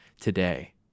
today